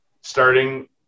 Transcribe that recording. starting